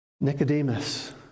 Nicodemus